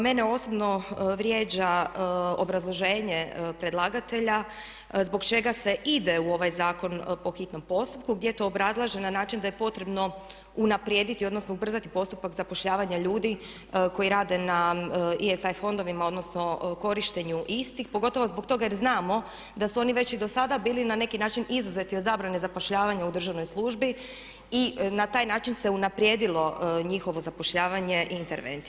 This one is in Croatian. Mene osobno vrijeđa obrazloženje predlagatelja zbog čega se ide u ovaj zakon po hitnom postupku gdje to obrazlaže na način da je potrebno unaprijediti, odnosno ubrzati postupak zapošljavanja ljudi koji rade na … [[Govornica se ne razumije.]] fondovima, odnosno korištenju istih pogotovo zbog toga jer znamo da su oni već i do sada bili na neki način izuzeti od zabrane zapošljavanja u državnoj službi i na taj način se unaprijedilo njihovo zapošljavanje i intervencija.